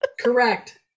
Correct